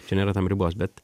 čia nėra tam ribos bet